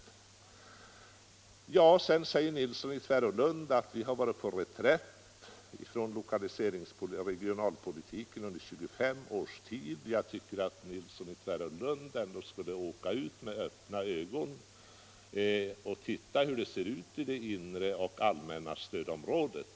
Sedan säger herr Nilsson i Tvärålund att socialdemokraterna har varit på reträtt när det gäller regionalpolitiken under 25 års tid. Jag tycker att herr Nilsson i Tvärålund ändå skulle åka ut med öppna ögon och titta hur det ser ut i inre och allmänna stödområdet.